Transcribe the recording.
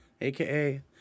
aka